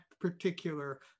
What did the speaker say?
particular